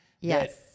Yes